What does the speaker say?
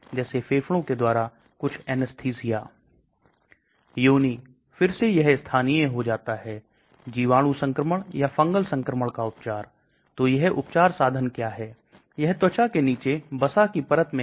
लेकिन जब यह टूट जाता है तो यह भाग sulfapyridine और यह भाग 5 aminosalicylic acid है इसलिए इस भाग को antitubercular गतिविधि मिली है और इस भाग को जीवाणुरोधी गतिविधि मिली है लेकिन साथ में यह किसी भी गतिविधि का प्रदर्शन नहीं करते हैं